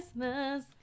Christmas